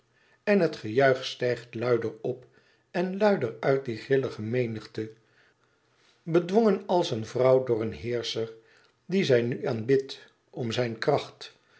en het gejuich stijgt luider op en luider uit die grillige menigte bedwongen als een vrouw door een heerscher dien zij nu aanbidt om zijn kracht